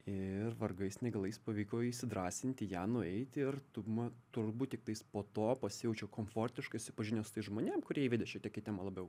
ir vargais negalais pavyko įsidrąsint į ją nueiti ir tu man turbūt tiktais po to pasijaučiau komfortiškai susipažinęs su tais žmonėm kurie įvedė į temą labiau